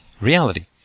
reality